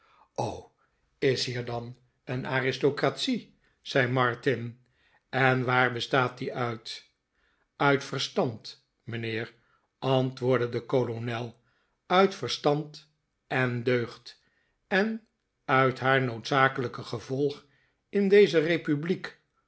is er hier dan een aristocratie zei martin en waar bestaat die uit f uit verstand mijnheer antwoordde de kolonel uit verstand en deugd en uit haar noodzakelijke gevolg in deze republiek